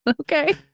okay